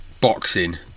boxing